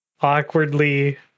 awkwardly